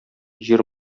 җир